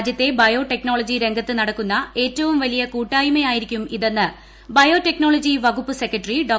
രാജ്യത്തെ ബയോടെക്നോളജി രംഗത്ത് നടക്കുന്ന ഏറ്റവും വലിയ കൂട്ടായ്മയായിരിക്കും ഇതെന്ന് ബയോടെക്നോളജി വകുപ്പ് സെക്രട്ടറി ഡോ